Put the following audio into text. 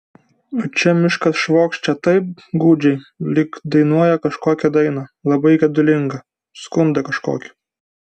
o čia miškas švokščia taip gūdžiai lyg dainuoja kažkokią dainą labai gedulingą skundą kažkokį